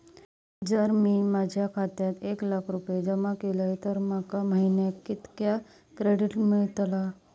जर मी माझ्या खात्यात एक लाख रुपये जमा केलय तर माका महिन्याक कितक्या क्रेडिट मेलतला?